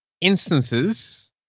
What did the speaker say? instances